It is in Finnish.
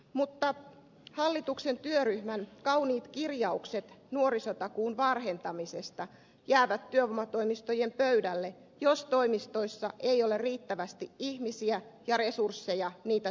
mutta hallituksen työryhmän kauniit kirjaukset nuorisotakuun varhentamisesta jäävät työvoimatoimistojen pöydälle jos toimistoissa ei ole riittävästi ihmisiä ja resursseja niitä toteuttamaan